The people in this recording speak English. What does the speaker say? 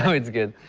so it's good.